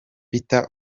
peter